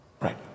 Right